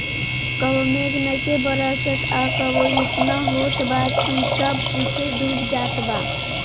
कबो मेघ नइखे बरसत आ कबो एतना होत बा कि सब कुछो डूब जात बा